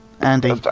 Andy